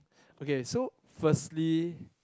okay so firstly